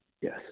yes